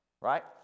right